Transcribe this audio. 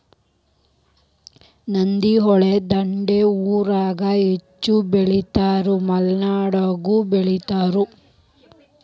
ನದಿ, ಹೊಳಿ ದಂಡಿ ಊರಾಗ ಹೆಚ್ಚ ಬೆಳಿತಾರ ಮಲೆನಾಡಾಗು ಬೆಳಿತಾರ